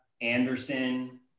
Anderson